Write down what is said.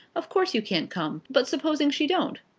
of course you can't come but supposing she don't?